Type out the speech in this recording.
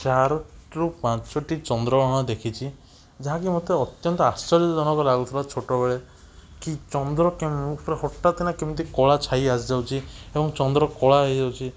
ଚାରୋଟି ରୁ ପାଞ୍ଚଟି ଚନ୍ଦ୍ରଗ୍ରହଣ ଦେଖିଛି ଯାହା କି ମୋତେ ଅତ୍ୟନ୍ତ ଆଶ୍ଚର୍ଯ୍ୟଜନକ ଲାଗୁଥିଲା ଛୋଟବେଳେ କି ଚନ୍ଦ୍ର କି ପୁରା ହଠାତ୍ କିନା କେମିତି କଳା ଛାଇ ଆସିଯାଉଛି ଏବଂ ଚନ୍ଦ୍ର କଳା ହେଇଯାଉଛି